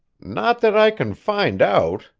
not that i can find out,